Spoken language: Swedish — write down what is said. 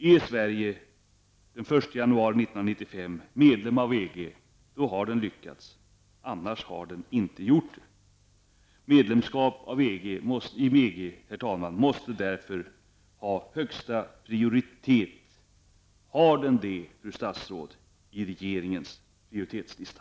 Är Sverige den 1 januari 1995 medlem av EG, då har statsmakterna lyckats, annars har de inte gjort det. Medlemskap i EG måste därför, herr talman, ha högsta prioritet. Har den det, fru statsråd, på regeringens prioritetslista?